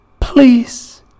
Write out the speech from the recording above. please